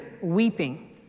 weeping